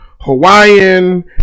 Hawaiian